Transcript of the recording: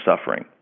suffering